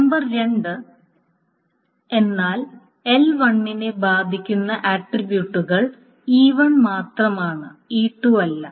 number 2 എന്നാൽ L1 നെ ബാധിക്കുന്ന ആട്രിബ്യൂട്ടുകൾ E1 മാത്രമാണ് E2 അല്ല